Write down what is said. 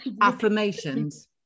affirmations